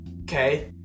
okay